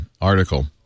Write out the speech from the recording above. article